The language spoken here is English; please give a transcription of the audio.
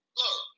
look